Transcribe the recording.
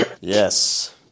yes